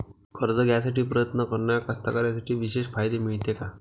कर्ज घ्यासाठी प्रयत्न करणाऱ्या कास्तकाराइसाठी विशेष फायदे मिळते का?